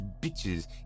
bitches